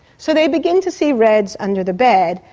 so they begin to see reds under the bed,